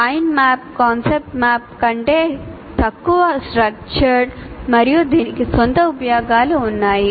mind map concept map కంటే తక్కువ structured మరియు దీనికి సొంత ఉపయోగాలు ఉన్నాయి